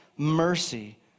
mercy